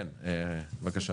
כן בבקשה.